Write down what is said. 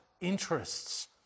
interests